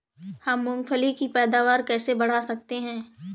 हम मूंगफली की पैदावार कैसे बढ़ा सकते हैं?